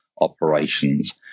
operations